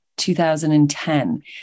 2010